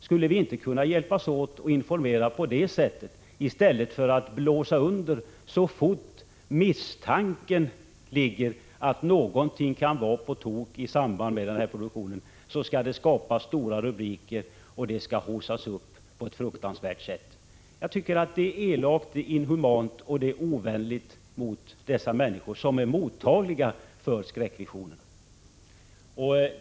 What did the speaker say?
Skulle vi inte kunna hjälpas åt att informera på det sättet, i stället för att blåsa under så fort det finns misstanke om att någonting kan vara på tok i samband med den här produktionen, skapa stora rubriker och haussa upp det hela på ett fruktansvärt sätt? Det är elakt, inhumant och ovänligt mot de människor som är mottagliga för dessa skräckvisioner att måla upp sådana.